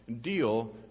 deal